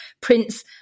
Prince